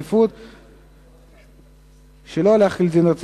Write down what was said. נרשום את זה לפרוטוקול אבל אנחנו לא נשנה את תוצאות ההצבעה.